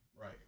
Right